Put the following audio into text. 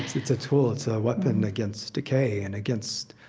it's a tool. it's a weapon against decay and against